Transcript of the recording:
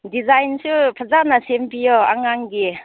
ꯗꯤꯖꯥꯏꯟꯁꯨ ꯐꯖꯅ ꯁꯦꯝꯕꯤꯌꯣ ꯑꯉꯥꯡꯒꯤ